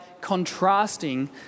contrasting